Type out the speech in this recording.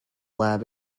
lab